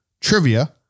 Trivia